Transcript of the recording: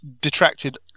detracted